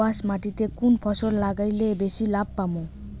দোয়াস মাটিতে কুন ফসল লাগাইলে বেশি লাভ পামু?